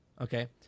Okay